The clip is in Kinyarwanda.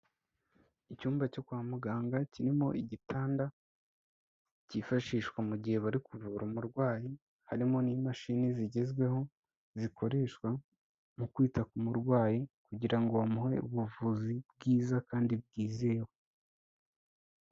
Icyumba cyo kwa muganga, kirimo igitanda, cyifashishwa mu gihe bari kuvura umurwayi, harimo n'imashini zigezweho, zikoreshwa mu kwita ku murwayi, kugira ngo bamuhe ubuvuzi bwiza, kandi bwizewe.